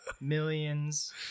millions